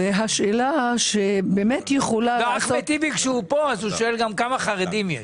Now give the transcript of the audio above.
ואחמד טיבי כשהוא פה הוא שואל גם כמה חרדים יש.